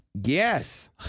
Yes